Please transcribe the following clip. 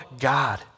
God